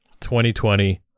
2020